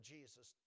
Jesus